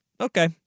okay